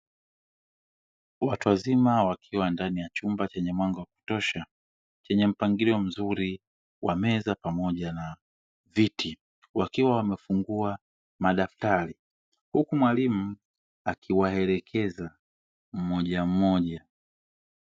Watu wazima wakiwa ndani ya chumba chenye mwanga wa kutosha chenye mpangilio mzuri wa meza pamoja na viti, wakiwa wamefungua madaftari huku mwalimu akiwaelekeza mmoja mmoja.